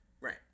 right